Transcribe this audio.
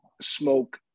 smoke